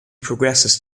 progresses